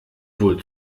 wohl